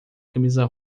camisa